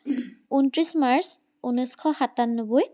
উনত্ৰিছ মাৰ্চ ঊনৈছশ সাতান্নব্বৈ